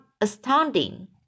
astounding